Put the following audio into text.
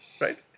right